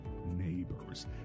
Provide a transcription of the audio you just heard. neighbors